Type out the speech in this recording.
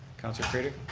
counselor craitor.